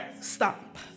stop